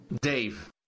Dave